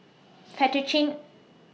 Fettuccine